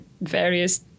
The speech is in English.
various